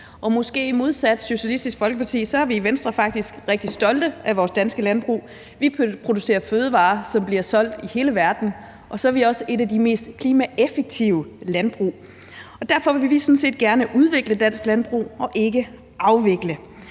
måske modsat Socialistisk Folkeparti er vi i Venstre faktisk rigtig stolte af vores danske landbrug. Vi producerer fødevarer, som bliver solgt i hele verden, og så har vi også et af de mest klimaeffektive landbrug. Derfor vil vi sådan set gerne udvikle dansk landbrug og ikke afvikle